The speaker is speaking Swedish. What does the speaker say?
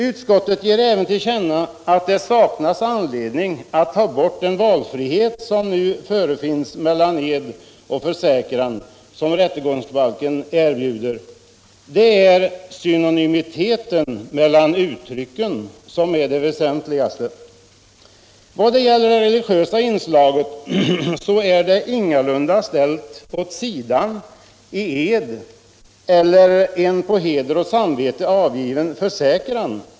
Utskottet ger även till känna att det saknas anledning att ta bort den valfrihet mellan ed och försäkran som rättegångsbalken erbjuder. Det är synonymiteten mellan uttrycken som är det väsentligaste. Det religiösa inslaget är ingalunda ställt åt sidan i en edlig eller en på heder och samvete avgiven försäkran.